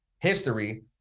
history